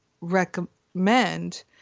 recommend